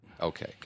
Okay